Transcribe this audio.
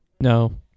No